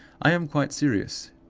i am quite serious.